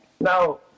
Now